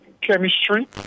chemistry